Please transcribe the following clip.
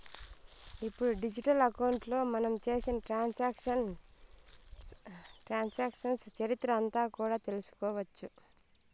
ఇప్పుడు డిజిటల్ అకౌంట్లో మనం చేసిన ట్రాన్సాక్షన్స్ చరిత్ర అంతా కూడా తెలుసుకోవచ్చు